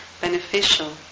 beneficial